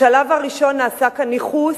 בשלב הראשון נעשה כאן ייחוס